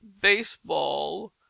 baseball